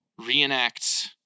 reenacts